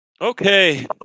Okay